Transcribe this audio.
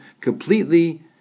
completely